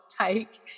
take